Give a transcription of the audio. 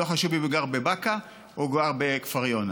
לא חשוב אם הוא גר בבאקה או גר בכפר יונה,